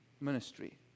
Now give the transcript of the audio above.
ministry